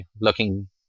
looking